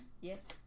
Yes